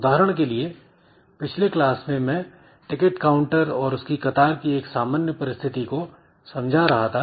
उदाहरण के लिए पिछले क्लास में मैं टिकट काउंटर और उसकी कतार की एक सामान्य परिस्थिति को समझा रहा था